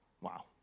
Wow